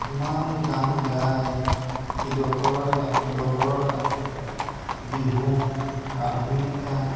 ইমান গান গায় ইডোখৰৰ এটা সিডোখৰৰ এটা বিহু আধুনিক গান